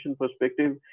perspective